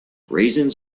raisins